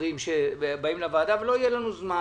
דברים שבאים לוועדה ולא יהיה לנו זמן.